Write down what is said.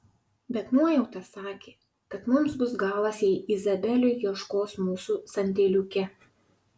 bet nuojauta sakė kad mums bus galas jei izabelė ieškos mūsų sandėliuke